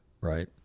Right